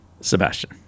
Sebastian